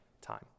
time